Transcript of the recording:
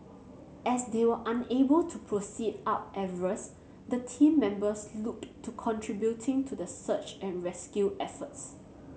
as they were unable to proceed up Everest the team members looked to contributing to the search and rescue efforts